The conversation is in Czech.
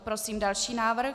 Prosím další návrh.